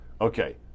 Okay